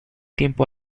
tiempo